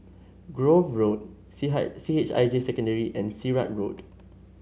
Grove Road C high C H I J Secondary and Sirat Road